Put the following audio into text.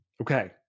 Okay